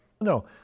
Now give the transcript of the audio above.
No